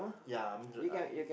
ya I'm dr~ I